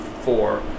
four